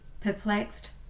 Perplexed